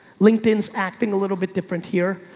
linkedin's acting a little bit different here.